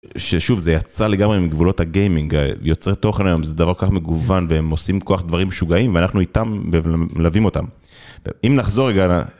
ששוב זה יצא לגמרי מגבולות הגיימינג, יוצר תוכן היום זה דבר כך מגוון והם עושים ככה דברים שוגעים ואנחנו איתם מלווים אותם. אם נחזור רגע ל.